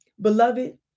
Beloved